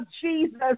Jesus